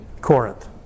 Corinth